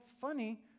funny